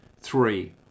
Three